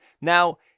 Now